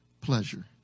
pleasure